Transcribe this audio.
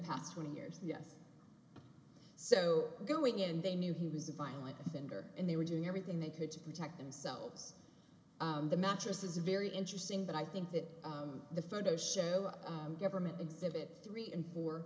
past twenty years yes so going in they knew he was a violent offender and they were doing everything they could to protect themselves the mattress is very interesting but i think that the photos show up government exhibit three and four